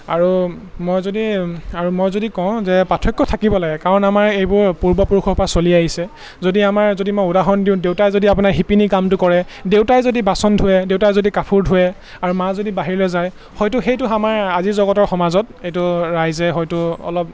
আৰু মই যদি আৰু মই যদি কওঁ যে পাৰ্থক্য থাকিব লাগে কাৰণ আমাৰ এইবোৰ পূৰ্বপুৰুষৰপৰা চলি আহিছে যদি আমাৰ যদি মই উদাহৰণ দিওঁ দেউতাই যদি আপোনাৰ শিপিনী কামটো কৰে দেউতাই যদি বাচন ধোৱে দেউতাই যদি কাপোৰ ধোৱে আৰু মাও যদি বাহিৰলৈ যায় হয়তো সেইটো আমাৰ আজিৰ জগতৰ সমাজত এইটো ৰাইজে হয়তো অলপ